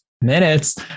minutes